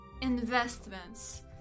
investments